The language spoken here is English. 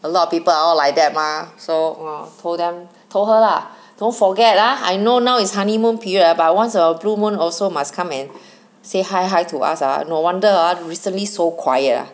a lot of people all like that mah so ah told them told her lah don't forget ah I know now is honeymoon period by once in a blue moon also must come and say hi hi to us ah no wonder ah recently so quiet ah